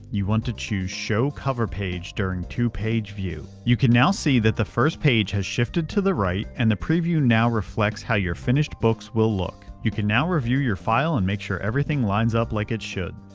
you want to choose show cover page in two page view. you can now see that the first page has shifted to the right and the preview now reflects how you're finished books will look. you can now review your file and make sure everything lines up like it should.